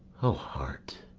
o heart,